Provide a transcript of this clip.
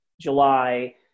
July